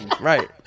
Right